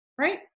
right